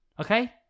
Okay